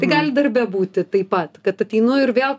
tai gali darbe būti taip pat kad ateinu ir vėl